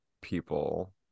people